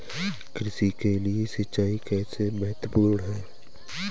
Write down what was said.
कृषि के लिए सिंचाई कैसे महत्वपूर्ण है?